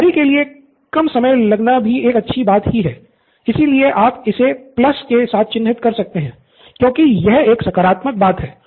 pro बाला तैयारी के लिए कम समय लगना भी एक अच्छी बात ही है इसलिए आप इसे प्लस के साथ चिह्नित कर सकते हैं क्योंकि यह एक सकारात्मक बात है